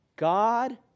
God